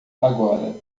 agora